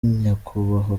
nyakubahwa